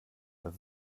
dann